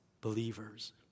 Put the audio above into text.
believers